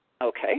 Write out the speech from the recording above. Okay